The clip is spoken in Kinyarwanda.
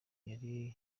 yari